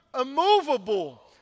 Immovable